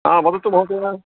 हा वदतु महोदय